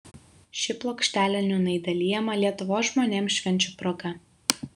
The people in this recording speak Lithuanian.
ši plokštelė nūnai dalijama lietuvos žmonėms švenčių proga